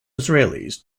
israelis